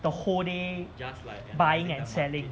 the whole day buying and selling